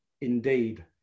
indeed